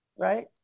right